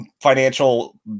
financial